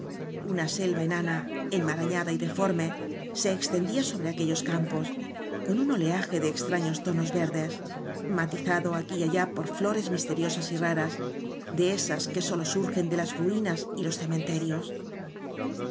una selva enana enmarañada y deforme se extendía sobre aquellos campos con un oleaje de extraños tonos verdes matizado aquí y allá por flores misteriosas y raras de esas que sólo surgen de las ruinas y los cementerios